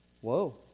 Whoa